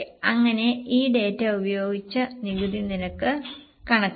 അങ്ങനെ ഈ ഡാറ്റാ ഉപയോഗിച്ച നികുതി നിരക്ക് കണക്കാക്കാം